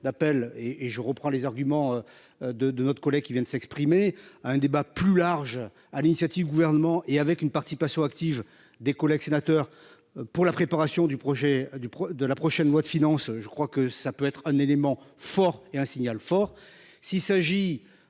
d'appel et et je reprends les arguments. De de notre collègue qui viennent de s'exprimer à un débat plus large à l'initiative du gouvernement et avec une participation active des collègues sénateurs pour la préparation du projet du de la prochaine loi de finances. Je crois que ça peut être un élément fort et un signal fort